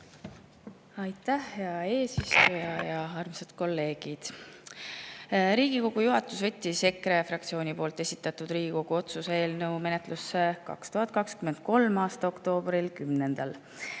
Aitäh, hea eesistuja! Armsad kolleegid! Riigikogu juhatus võttis EKRE fraktsiooni esitatud Riigikogu otsuse eelnõu menetlusse 2023. aasta 10. oktoobril,